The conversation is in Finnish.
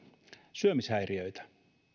syömishäiriöitä